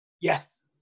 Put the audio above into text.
Yes